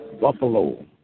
buffalo